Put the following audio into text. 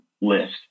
list